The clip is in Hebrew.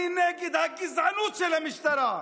אני נגד הגזענות של המשטרה.